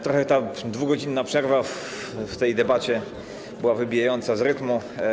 Trochę ta 2-godzinna przerwa w debacie była wybijająca z rytmu.